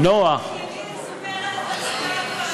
פרשת השבוע.